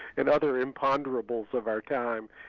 another imponderable of our time.